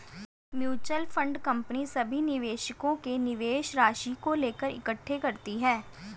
mutual fund company सभी निवेशकों के निवेश राशि को लेकर इकट्ठे करती है